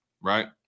right